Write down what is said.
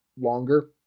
longer